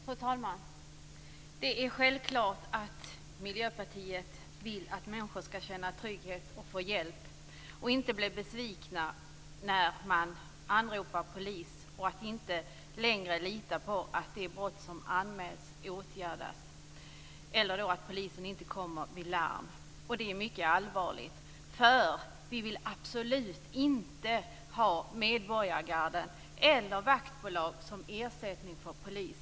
Fru talman! Det är självklart att Miljöpartiet vill att människor skall känna trygghet och få hjälp. De skall inte bli besvikna när de anropar polis, och de skall inte känna att de inte längre litar på att de brott som anmäls åtgärdas eller på att polisen kommer vid larm. Det här är mycket allvarligt. För vi vill absolut inte ha medborgargarden eller vaktbolag som ersättning för polis.